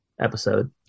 episode